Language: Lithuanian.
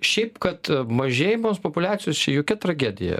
šiaip kad mažėjimas populiacijos čia jokia tragedija